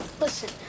Listen